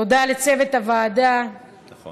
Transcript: תודה לצוות הוועדה, נכון.